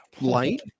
light